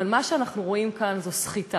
אבל מה שאנחנו רואים כאן זאת סחיטה.